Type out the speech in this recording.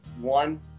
one